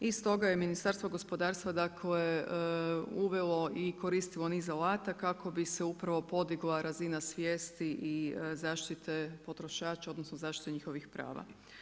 I stoga je Ministarstvo gospodarstva uvelo i koristilo niz alata kako bi se upravo podigla razina svijesti i zaštite potrošača, odnosno zaštite njihovih prava.